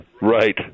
right